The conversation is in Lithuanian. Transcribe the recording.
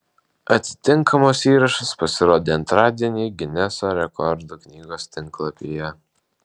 atitinkamas įrašas pasirodė antradienį gineso rekordų knygos tinklalapyje